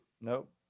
Nope